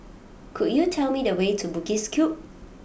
could you tell me the way to Bugis Cube